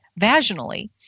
vaginally